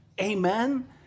Amen